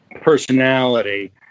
personality